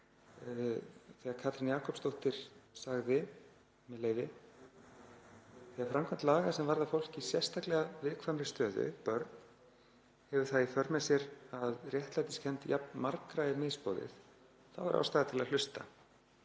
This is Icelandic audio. þegar Katrín Jakobsdóttir sagði, með leyfi: „Þegar framkvæmd laga sem varðar fólk í sérstaklega viðkvæmri stöðu, börn, hefur það í för með sér að réttlætiskennd jafn margra er misboðið, þá er ástæða til að hlusta.